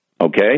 Okay